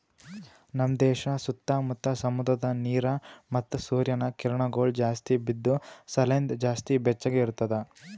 ನಮ್ ದೇಶ ಸುತ್ತಾ ಮುತ್ತಾ ಸಮುದ್ರದ ನೀರ ಮತ್ತ ಸೂರ್ಯನ ಕಿರಣಗೊಳ್ ಜಾಸ್ತಿ ಬಿದ್ದು ಸಲೆಂದ್ ಜಾಸ್ತಿ ಬೆಚ್ಚಗ ಇರ್ತದ